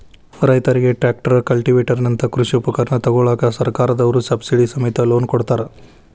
ರೈತರಿಗೆ tractor, cultivator ನಂತ ಕೃಷಿ ಉಪಕರಣ ತೊಗೋಳಾಕ ಸರ್ಕಾರದವ್ರು ಸಬ್ಸಿಡಿ ಸಮೇತ ಲೋನ್ ಕೊಡ್ತಾರ